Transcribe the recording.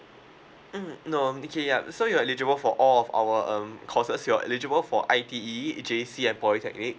mm no okay ya so you are eligible for all of our um courses you are eligible for I_T_E J_C and polytechnic